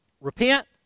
Repent